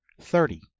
thirty